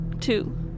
Two